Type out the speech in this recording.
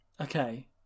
Okay